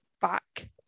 back